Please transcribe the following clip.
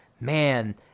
man